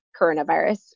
coronavirus